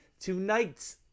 tonight